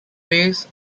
rays